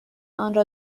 آنرا